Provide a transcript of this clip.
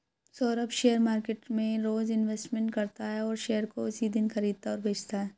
Saurabh share market में रोज investment करता है और शेयर को उसी दिन खरीदता और बेचता है